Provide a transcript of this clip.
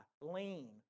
lean